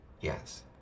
Yes